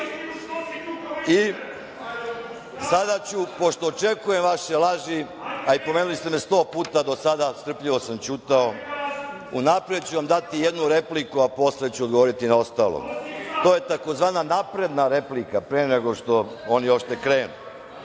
I sada ću, pošto očekujem vaše laži, a i pomenuli ste me sto puta do sada, strpljivo sam ćutao, unapred ću vam dati jednu repliku, a posle ću odgovoriti na ostalo. To je tzv. napredna replika, pre nego što oni uopšte krenu.